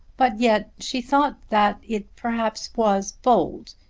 but yet she thought that it perhaps was bold,